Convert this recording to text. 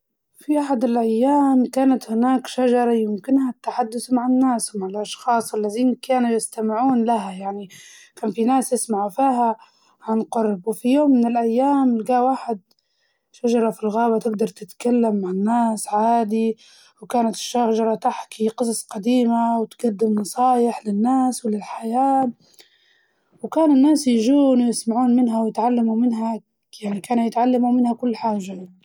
في أحد الأيام كانت هناك شجرة يمكنها التحدث مع الناس ومع الأشخاص الزين كانوا يستمعون لها يعني كان فيه ناس يسمعوا فيها عن قرب، وفي يوم من الأيام لقاه واحد شجرة في الغابة تقدر تتكلم مع الناس عادي وكانت الشجرة تحكي قصص قديمة وتقدم نصايح للناس وللحياة، وكانوا الناس ييجون ويسمعون منها ويتعلموا منها يعني كانوا يتعلموا منها كل حاجة يعني.